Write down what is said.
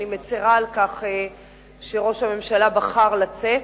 אני מצרה על כך שראש הממשלה בחר לצאת.